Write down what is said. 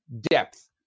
depth